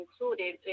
included